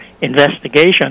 investigation